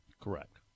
Correct